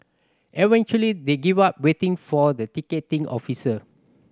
eventually they gave up waiting for the ticketing officer